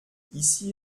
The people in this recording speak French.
ici